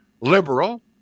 liberal